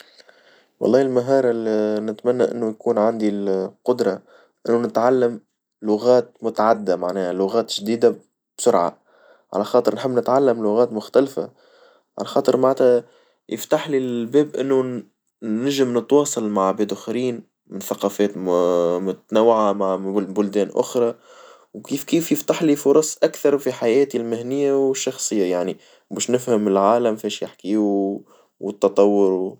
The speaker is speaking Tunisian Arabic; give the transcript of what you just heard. والله المهارة اللي نتمنى إنه نكون عندي القدرة إنه نتعلم لغات متعددة معنتها لغات جديدة بسرعة، على خاطر نحب نتعلم لغات مختلفة، عن خاطر معناتها يفتح لي الباب إنه نجي بنتواصل مع بيت آخرين من ثقافات متنوعة من بلدان أخرى، وكيف كيف يفتح لي فرص أكثر في حياتي المهنية والشخصية يعني باش نفهم العالم فاش يحكي والتطور.